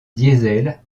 diesel